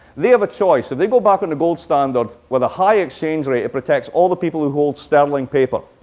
they have a choice. if they go back on the gold standard with a high exchange rate, it protects all the people who hold sterling paper,